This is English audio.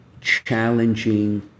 challenging